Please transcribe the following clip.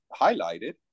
highlighted